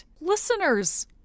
Listeners